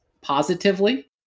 positively